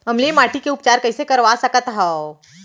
अम्लीय माटी के उपचार कइसे करवा सकत हव?